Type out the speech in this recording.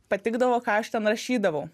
patikdavo ką aš ten rašydavau